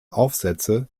aufsätze